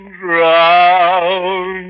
drown